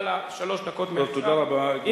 שלוש דקות מעכשיו.